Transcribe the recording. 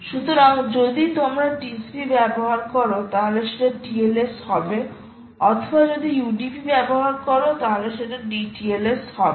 সুতরাং যদি তোমরা TCP ব্যবহার করো তাহলে সেটা TLS হবে অথবা যদি UDP ব্যবহার হয় তাহলে সেটা DTLSহবে